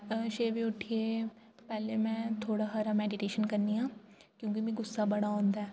अ छेऽ बेऽ उट्ठियै पैह्लें में थोह्ड़ा हारा मेडिटेशन करनी आं क्योंकि मिगी गुस्सा बड़ा औंदा ऐ